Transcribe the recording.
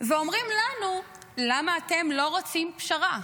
ואומרים לנו, למה אתם לא רוצים פשרה?